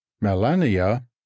Melania